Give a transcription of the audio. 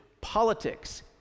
politics